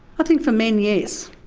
i think for men, yes.